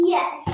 Yes